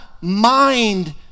mind